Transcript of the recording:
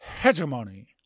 hegemony